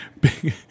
big